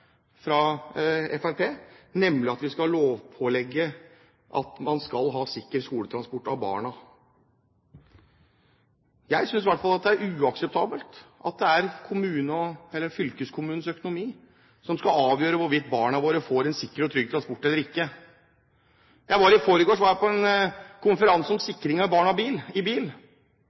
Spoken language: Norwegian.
fra Fremskrittspartiet, nemlig at vi skal lovpålegge sikker skoletransport av barna. Jeg synes i hvert fall at det er uakseptabelt at det er fylkeskommunens økonomi som skal avgjøre hvorvidt barna våre får en sikker og trygg transport eller ikke. I forgårs var jeg på en konferanse om sikring av barn i bil.